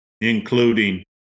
including